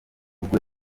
ubwo